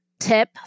tip